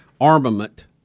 armament